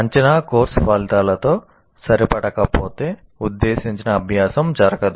అంచనా కోర్సు ఫలితాలతో సరిపడకపోతే ఉద్దేశించిన అభ్యాసం జరగదు